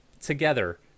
together